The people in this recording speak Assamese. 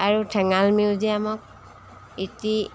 আৰু ঠেঙাল মিউজিয়ামক ইতি